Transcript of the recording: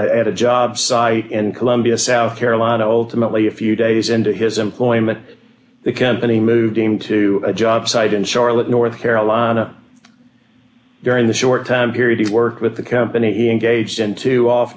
t a job site in columbia south carolina ultimately a few days into his employment the company moved him to a job site in charlotte north carolina during the short time period he's worked with the company he engaged in two off